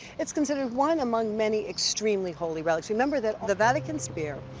it's considered one among many extremely holy relics. remember that the vatican spear,